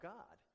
God